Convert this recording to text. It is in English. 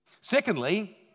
Secondly